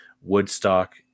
Woodstock